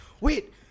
wait